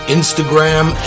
Instagram